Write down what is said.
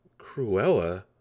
Cruella